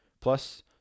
plus